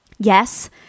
Yes